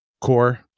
core